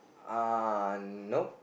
uh no